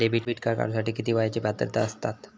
Debit card काढूसाठी किती वयाची पात्रता असतात?